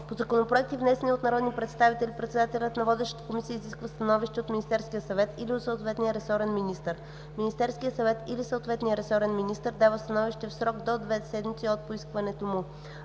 По законопроекти, внесени от народни представители, председателят на водещата комисия изисква становище от Министерския съвет или от съответния ресорен министър. Министерският съвет или съответният ресорен министър дава становище в срок до две седмици от поискването му.